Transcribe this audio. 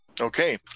Okay